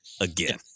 again